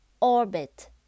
Orbit